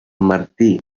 martí